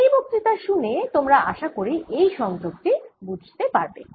এই বক্তৃতা শুনে তোমরা আশা করি এই সংযোগ টি বুঝতে পারবে